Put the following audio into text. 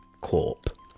Corp